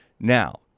now